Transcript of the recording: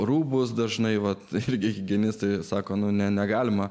rūbus dažnai vat širdies higienistai sako nu ne negalima